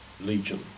legion